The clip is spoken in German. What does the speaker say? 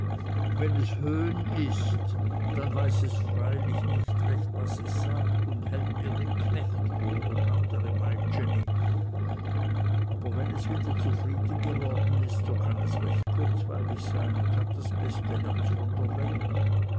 wenn es höhn ist dann weiß es freilich nicht recht was es sagt und hält mir den knecht vor und andere meitscheni aber wenn es wieder zufrieden geworden ist so kann es recht kurzweilig sein und hat das beste herz von der welt